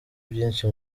byinshi